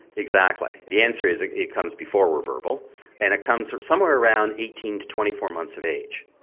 exactly. the answer is it comes before we're verbal and it comes somewhere around eighteen to twenty four months of age.